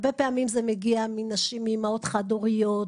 הרבה פעמים זה מגיע מאימהות חד-הוריות,